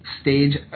stage